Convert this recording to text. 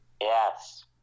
Yes